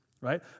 right